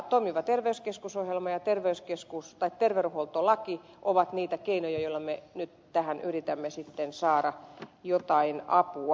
toimiva terveyskeskus ohjelma ja terveydenhuoltolaki ovat niitä keinoja joilla me nyt tähän yritämme sitten saada jotain apua